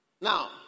Now